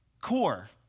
Core